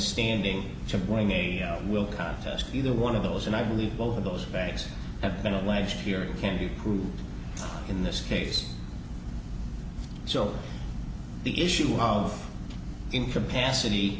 standing to bring a will contest either one of those and i believe both of those bags have been alleged here can be proved in this case so the issue of incapacity